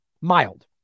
mild